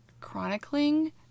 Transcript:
Chronicling